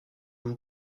vous